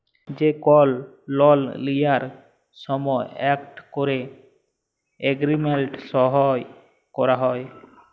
যে কল লল লিয়ার সময় ইকট ক্যরে এগ্রিমেল্ট সই ক্যরা হ্যয়